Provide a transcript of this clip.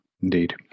indeed